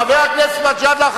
חבר הכנסת מג'אדלה.